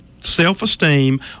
self-esteem